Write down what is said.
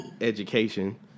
education